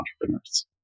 entrepreneurs